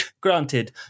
Granted